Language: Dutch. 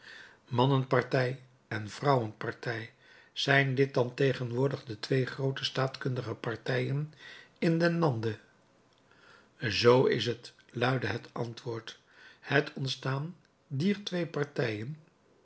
mannenpartij en vrouwenpartij zijn dit dan tegenwoordig de twee groote staatkundige partijen in den lande zoo is het luidde het antwoord het ontstaan dier twee partijen